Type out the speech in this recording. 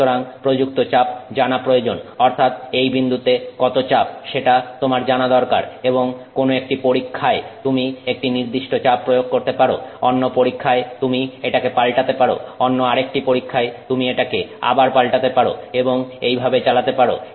সুতরাং প্রযুক্ত চাপ জানা প্রয়োজন অর্থাৎ এই বিন্দুতে কত চাপ সেটা তোমার জানা দরকার এবং কোন একটি পরীক্ষায় তুমি একটি নির্দিষ্ট চাপ প্রয়োগ করতে পারো অন্য পরীক্ষায় তুমি এটাকে পাল্টাতে পারো অন্য আরেকটি পরীক্ষায় তুমি এটাকে আবার পাল্টাতে পারো এবং এই ভাবে চালাতে পারো